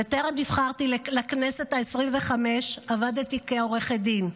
טרם נבחרתי לכנסת העשרים-וחמש עבדתי כעורכת דין.